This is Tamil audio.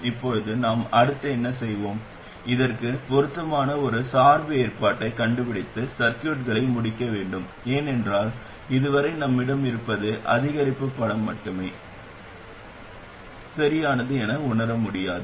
இப்போது நாம் அடுத்து என்ன செய்வோம் இதற்கு பொருத்தமான ஒரு சார்பு ஏற்பாட்டைக் கண்டுபிடித்து சர்கியூட்களை முடிக்க வேண்டும் ஏனென்றால் இதுவரை நம்மிடம் இருப்பது அதிகரிப்பு படம் மட்டுமே சரியானது என உணர முடியாது